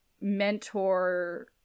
mentor